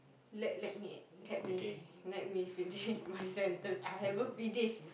let let me let me let me finish my sentence I haven't finish